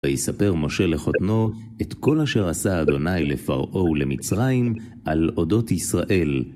ויספר משה לחותנו את כל אשר עשה ה' לפרעה ולמצרים על אודות ישראל.